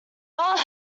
not